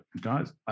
guys